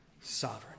sovereign